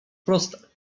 wprost